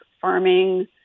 farming